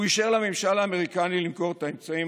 הוא אישר לממשל האמריקני למכור את האמצעים